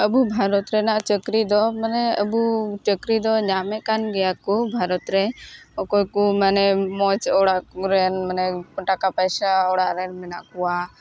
ᱟᱹᱵᱩ ᱵᱷᱟᱨᱚᱛ ᱨᱮᱱᱟᱜ ᱪᱟᱹᱠᱨᱤ ᱫᱚ ᱢᱟᱱᱮ ᱟᱹᱵᱩ ᱪᱟᱹᱠᱨᱤ ᱫᱚ ᱧᱟᱢᱮᱫ ᱠᱟᱱ ᱜᱮᱭᱟᱠᱚ ᱵᱷᱟᱨᱚᱛᱨᱮ ᱚᱠᱚᱭᱠᱚ ᱢᱟᱱᱮ ᱢᱚᱡᱽ ᱚᱲᱟᱜ ᱠᱚᱨᱮᱱ ᱢᱟᱱᱮ ᱴᱟᱠᱟ ᱯᱟᱭᱥᱟ ᱚᱲᱟᱜᱨᱮᱱ ᱢᱮᱱᱟᱜ ᱠᱚᱣᱟ